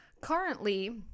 currently